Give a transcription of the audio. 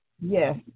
Yes